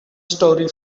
story